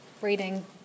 reading